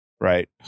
right